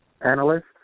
analyst